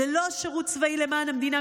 ללא שירות צבאי למען המדינה,